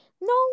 No